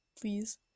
Please